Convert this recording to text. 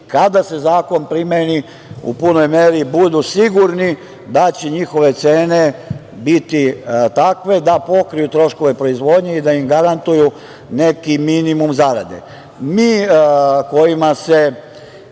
kada se zakon primeni u punoj meri, budu sigurni da će njihove cene biti takve da pokriju troškove proizvodnje i da im garantuju neki minimum zarade. Mi kojima se